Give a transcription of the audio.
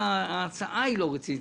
ההצעה היא לא רצינית.